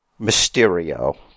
Mysterio